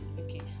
Okay